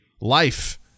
life